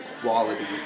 qualities